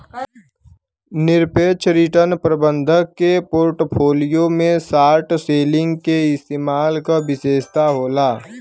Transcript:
निरपेक्ष रिटर्न प्रबंधक के पोर्टफोलियो में शॉर्ट सेलिंग के इस्तेमाल क विशेषता होला